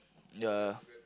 ya